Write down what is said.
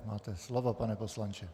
Máte slovo, pane poslanče.